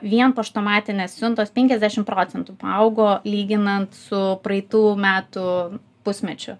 vien paštamatinės siuntos penkiasdešim procentų paaugo lyginant su praeitų metų pusmečiu